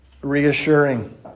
reassuring